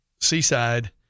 Seaside